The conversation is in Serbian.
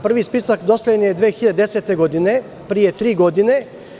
Prvi spisak dostavljen je 2010. godine, pre tri godine.